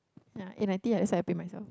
ya eight ninety ah that's why I pay myself